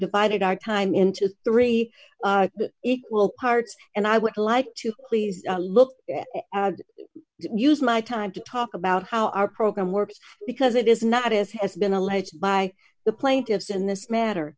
divided i time into three equal parts and i would like to please a look at use my time to talk about how our program works because it is not as has been alleged by the plaintiffs in this matter